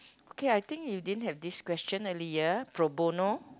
okay I think you didn't have this question earlier pro bono